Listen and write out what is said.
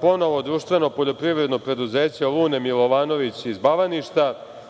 ponovo društveno poljoprivredno preduzeće Lune Milovanović iz Bavaništa,